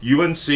UNC